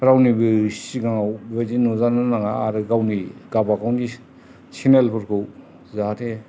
रावनिबो सिगाङाव बिबादि नुजानो नाङा आरो गावनि गावबा गावनि चेनेल फोरखौ जाहाथे